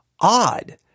odd